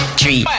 three